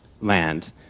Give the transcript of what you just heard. land